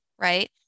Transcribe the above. right